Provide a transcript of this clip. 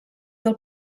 del